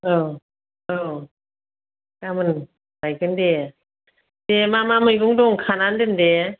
औ औ गामोन लायगोन दे दे मा मा मैगं दं खानानै दोन दे